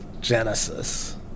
genesis